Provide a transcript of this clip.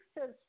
says